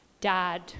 dad